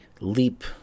leap